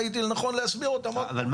ראיתי לנכון להסביר אותם עוד פעם.